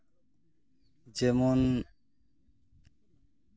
ᱡᱮᱢᱚᱱ